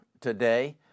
today